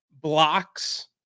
blocks